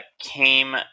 came